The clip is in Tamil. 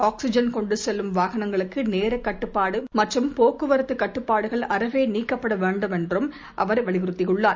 ஆக்ஸிஜன் கொண்டுசெல்லும் வாகனங்களுக்குநேரக் கட்டுப்பாடுமற்றும் போக்குவரத்துகட்டுப்பாடுகள் அறவேநீக்கப்பட் வேண்டும் என்றும் அவர் வலியுறுத்தியுள்ளார்